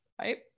right